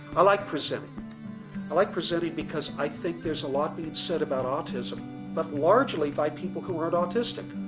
i like presenting i like presenting because i think there is a lot being said about autism but largely by people who aren't autistic